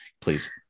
please